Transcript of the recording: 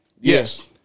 Yes